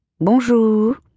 Bonjour